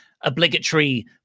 obligatory